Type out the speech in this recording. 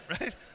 right